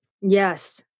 Yes